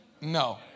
No